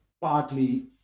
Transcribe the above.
Partly